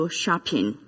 shopping